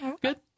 good